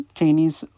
Chinese